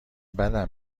بدم